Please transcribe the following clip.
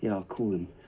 you know call him.